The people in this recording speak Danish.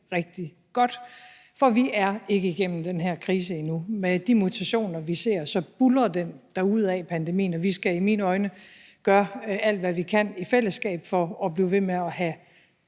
rigtig godt – for vi er ikke igennem den her krise i endnu. Med de mutationer, vi ser, buldrer pandemien derudad, og vi skal i mine øjne gøre alt, hvad vi kan i fællesskab, for at blive ved med at have